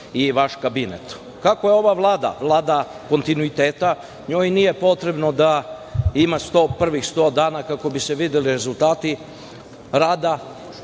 i vaš kabinet. Kako je ova Vlada, Vlada kontinuiteta, njoj nije potrebno da ima prvih 100 dana kako bi se videli rezultati rada,